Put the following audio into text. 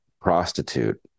prostitute